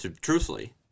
truthfully